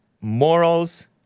morals